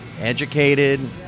educated